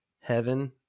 heaven